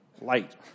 light